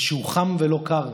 ושהוא חם ולא לא קר.